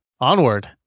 Onward